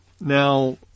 now